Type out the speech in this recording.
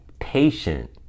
patient